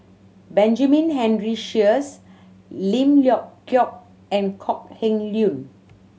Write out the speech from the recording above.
Benjamin Henry Sheares Lim Leong Geok and Kok Heng Leun